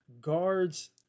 guards